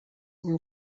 این